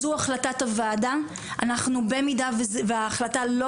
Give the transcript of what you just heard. זו החלטת הוועדה, אנחנו במידה וההחלטה לא